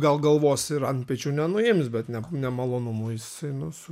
gal galvos ir antpečių nenuims bet ne nemalonumui jisai nu su